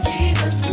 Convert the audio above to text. Jesus